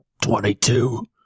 Twenty-two